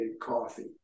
coffee